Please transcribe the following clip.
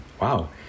wow